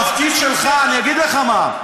התפקיד שלך, אני אגיד לך מה.